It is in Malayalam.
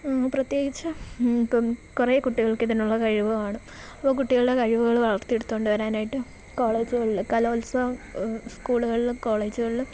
പ്രത്യേകിച്ച് ഇപ്പം കുറേ കുട്ടികൾക്ക് ഇതിനുള്ള കഴിവു കാണും അപ്പോൾ കുട്ടികളെ കഴിവുകൾ വളർത്തിയെടുത്തു കൊണ്ടു വരാനായിട്ടും കോളേജുകളിൽ കലോത്സവ സ്കൂളുകളിലും കോളേജുകളിലും